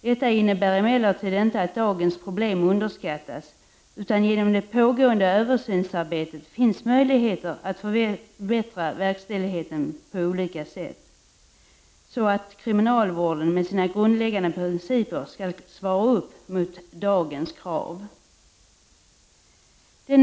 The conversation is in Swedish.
Detta innebär emellertid inte att dagens problem underskattas, utan genom det pågående översynsarbetet finns möjligheter att förbättra verkställigheten på olika sätt, så att kriminalvården med sina grundläggande principer skall svara mot dagens krav.